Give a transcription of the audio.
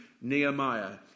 Nehemiah